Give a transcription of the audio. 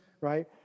right